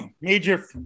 Major